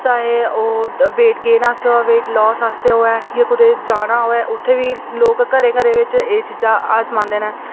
चाहे ओह् weight gain आस्तै होवै लॉस आस्तै होऐ जां कूदै जाना होऐ उ'त्थें बी लोक घरै घरै बिच बी एह् चीजां आजमांदे न